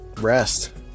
rest